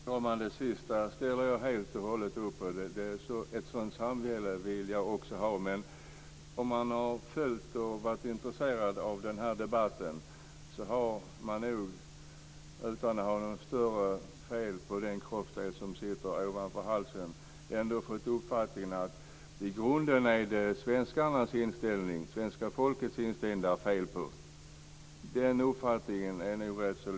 Fru talman! Det sista ställer jag upp på helt och hållet. Ett sådant samhälle vill jag också ha. Men om man har följt och varit intresserad av den här debatten, utan att ha något större fel på den kroppsdel som sitter ovanför halsen, har man ändå fått uppfattningen att det i grunden är fel på det svenska folkets inställning. Det är nog rätt så lätt att t.o.m. få den uppfattningen dokumenterad.